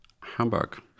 Hamburg